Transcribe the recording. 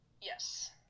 yes